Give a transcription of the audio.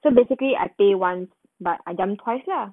so basically I pay [one] but I jump twice lah